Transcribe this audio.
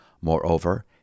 Moreover